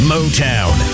Motown